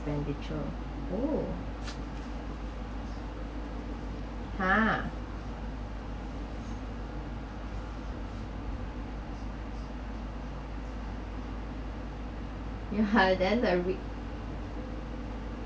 expenditure oh ha ya ha then the re~